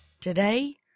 today